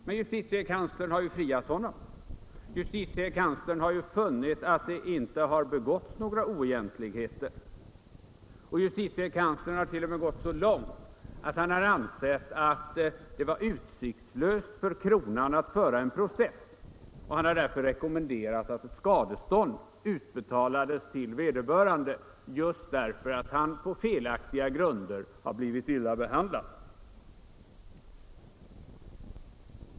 Men justitiekanslern har ju friat honom, justitiekanslern har funnit att det inte begåtts några oegentligheter och justitiekanslern har t.o.m. gått så långt att han ansett att det var utsiktslöst för kronan att föra en process. Han har därför rekommenderat att ett skadestånd skulle utbetalas till vederbörande just för att han på felaktiga grunder blivit illa behandlad.